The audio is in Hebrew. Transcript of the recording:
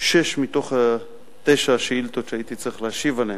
שש מתוך תשע השאילתות שהייתי צריך להשיב עליהן,